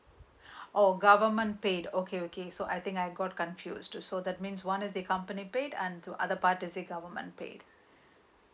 orh government paid okay okay so I think I got confused so that means one is the company paid and other part is the government paid